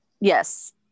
Yes